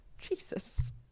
Jesus